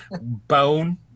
bone